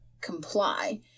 comply